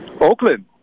Oakland